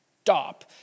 stop